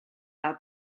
fel